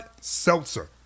seltzer